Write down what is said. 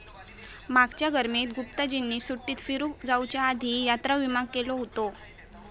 मागच्या गर्मीत गुप्ताजींनी सुट्टीत फिरूक जाउच्या आधी यात्रा विमा केलो हुतो